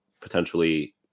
potentially